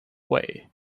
way